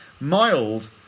mild